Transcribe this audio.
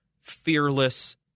fearless